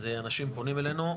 אז אנשים פונים אלינו.